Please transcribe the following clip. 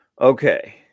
Okay